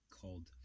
called